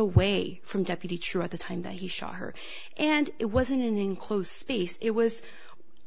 away from deputy chair at the time that he shot her and it was an enclosed space it was